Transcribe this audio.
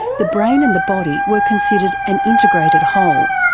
the brain and the body were considered an integrated whole,